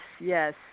yes